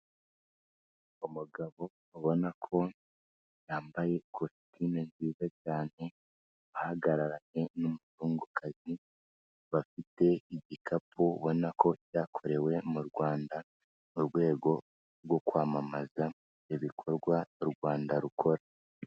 Umugabo ubona ko yambaye ikositime nziza cyane, ahagararanye n'umuzungukazi, bafite igikapu ubona ko cyakorewe mu rwanda, mu rwego rwo kwamamaza ibikorwa u rwanda rukora.